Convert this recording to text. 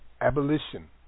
Abolition